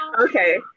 Okay